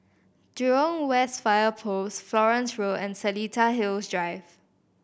Jurong West Fire Post Florence Road and Seletar Hills Drive